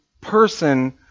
person